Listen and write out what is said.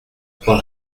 trois